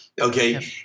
Okay